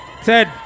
Ted